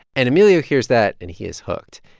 and emilio hears that, and he is hooked.